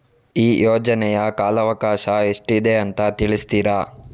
ಈ ಯೋಜನೆಯ ಕಾಲವಕಾಶ ಎಷ್ಟಿದೆ ಅಂತ ತಿಳಿಸ್ತೀರಾ?